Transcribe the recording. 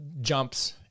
jumps